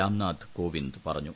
രാംനാഥ് കോവിന്ദ് പറഞ്ഞു